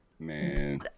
man